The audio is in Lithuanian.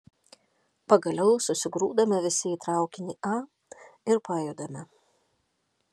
pagaliau susigrūdame visi į traukinį a ir pajudame